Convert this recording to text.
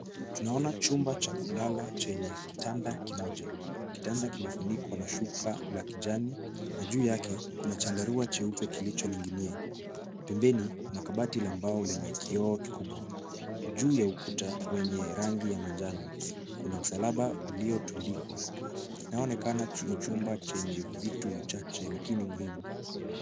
Tunaona chumba cha kulala chenye kitanda kimoja. Kitanda kimefunikwa na shuka la kijani, na juu yake kuna chandarua cheupe kilichoninginia. Pembeni, kuna kabati la mbao lenye kioo kikubwa. Juu ya ukuta wenye rangi ya manjano, kuna msalaba uliotundikwa. Inaonekana ni chumba chenye vitu vichache lakini muhimu.